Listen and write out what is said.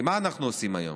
כי מה אנחנו עושים היום?